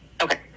Okay